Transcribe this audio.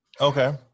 Okay